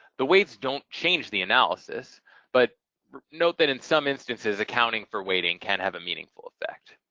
the weights don't change the analysis but note that in some instances accounting for weighting can have a meaningful effect.